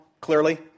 clearly